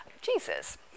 Jesus